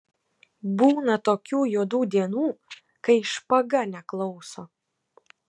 būna tokių juodų dienų kai špaga neklauso